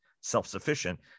self-sufficient